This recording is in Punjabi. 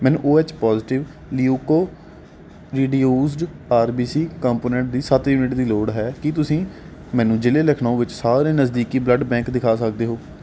ਮੈਨੂੰ O H positive leukoreduced R B C component ਦੇ ਸੱਤ ਯੂਨਿਟ ਦੀ ਲੋੜ ਹੈ ਕੀ ਤੁਸੀਂ ਮੈਨੂੰ ਜ਼ਿਲ੍ਹੇ ਲਖਨਊ ਵਿੱਚ ਸਾਰੇ ਨਜ਼ਦੀਕੀ ਬਲੱਡ ਬੈਂਕ ਦਿਖਾ ਸਕਦੇ ਹੋ